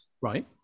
Right